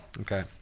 okay